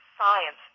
science